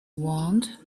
want